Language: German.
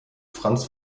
franz